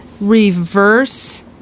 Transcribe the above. reverse